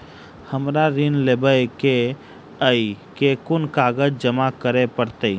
हमरा ऋण लेबै केँ अई केँ कुन कागज जमा करे पड़तै?